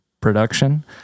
production